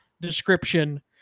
description